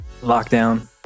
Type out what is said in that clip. lockdown